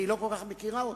והיא לא כל כך מכירה אותו.